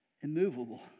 immovable